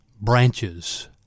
branches